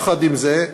יחד עם זה,